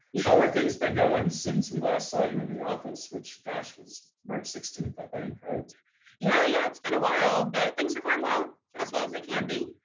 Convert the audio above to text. how are things been going since we last saw you in the office, which, gosh was march sixteenth, i think right yeah yeah, it's been a while, but things are going well. as well as a can be.